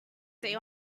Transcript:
day